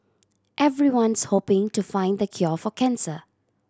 everyone's hoping to find the cure for cancer